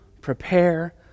prepare